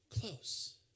close